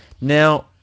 Now